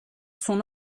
son